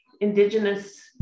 indigenous